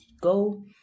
go